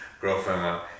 girlfriend